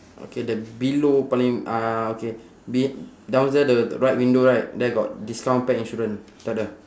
okay the below paling uh okay be~ down there the right window right there got discount pet insurance takda